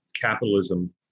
capitalism